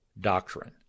doctrine